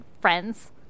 friends